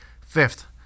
Fifth